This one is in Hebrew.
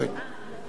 אה,